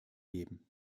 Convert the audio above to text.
geben